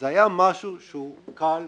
זה היה משהו שהוא קל,